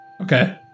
Okay